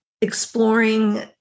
exploring